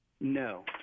No